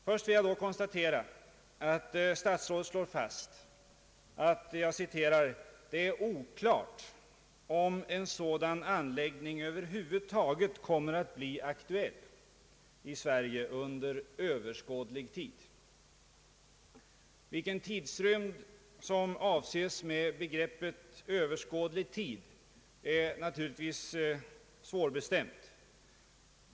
Först vill jag konstatera att statsrådet slår fast: »Det är oklart om en sådan anläggning över huvud taget kommer att bli aktuell i Sverige under överskådlig tid.» Vilken tidrymd som avses med begreppet »överskådlig tid» är naturligtvis svårbestämt.